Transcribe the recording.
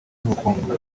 y’ubukungu